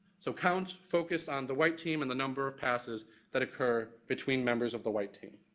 so count, focus on the white team and the number of passes that occur between members of the white team.